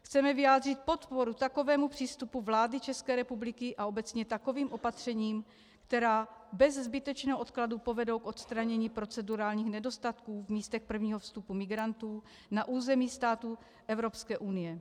Chceme vyjádřit podporu takovému přístupu vlády České republiky a obecně takovým opatřením, která bez zbytečného odkladu povedou k odstranění procedurálních nedostatků v místech prvního vstupu migrantů na území států Evropské unie.